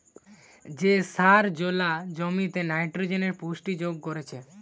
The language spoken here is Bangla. যে সার জোলা জমিতে নাইট্রোজেনের পুষ্টি যোগ করছে